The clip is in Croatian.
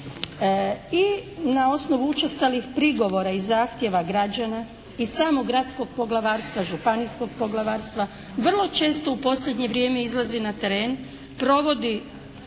i na osnovu učestalih prigovora i zahtjeva građana i samog Gradskog poglavarstva, Županijskog poglavarstva vrlo često u posljednje vrijeme izlazi na teren, provodi